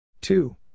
Two